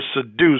seduced